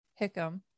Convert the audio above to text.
Hickam